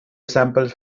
samples